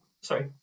Sorry